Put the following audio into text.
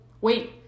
wait